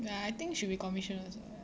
ya I think should be commission also ya